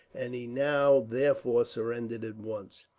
and he now therefore surrendered at once.